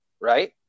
right